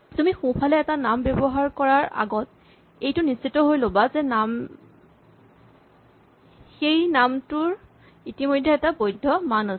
তুমি সোঁফালে এটা নাম ব্যৱহাৰ কৰাৰ আগত এইটো নিশ্চিত হৈ ল'বা যে সেই নামটোৰ ইতিমধ্যে এটা বৈধ্য মান আছে